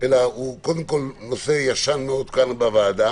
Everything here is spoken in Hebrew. אלא הוא קודם כל נושא ישן מאוד כאן בוועדה.